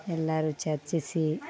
ಎಲ್ಲರು ಚರ್ಚಿಸಿ